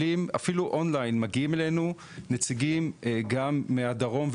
מגיעים אלינו נציגים גם מהצפון, גם מהדרום,